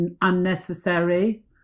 unnecessary